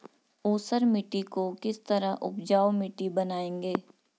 ऊसर मिट्टी को किस तरह उपजाऊ मिट्टी बनाएंगे?